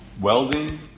welding